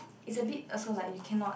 is a bit also like you cannot